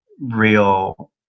real